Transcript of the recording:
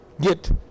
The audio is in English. get